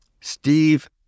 Steve